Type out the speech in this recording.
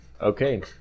okay